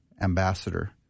ambassador